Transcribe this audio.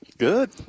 Good